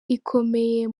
ikomeye